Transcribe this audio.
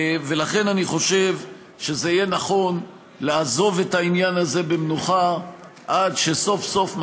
ולכן אני חושב שזה יהיה נכון לעזוב את העניין הזה במנוחה עד שסוף-סוף,